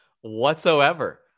whatsoever